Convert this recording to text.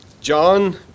John